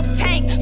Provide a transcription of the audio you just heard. tank